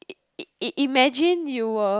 i~ i~ i~ imagine you were